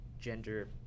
gender